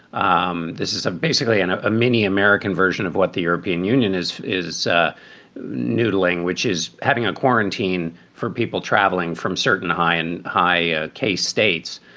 um this is basically and a mini american version of what the european union is is ah noodling, which is having a quarantine for people traveling from certain high and high ah case states,